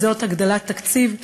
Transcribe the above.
וזה הגדלת תקציב,